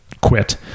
quit